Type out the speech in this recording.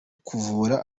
kuvura